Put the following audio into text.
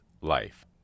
life